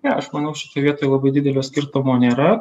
ne aš manau šitoj vietoj labai didelio skirtumo nėra